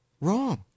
Wrong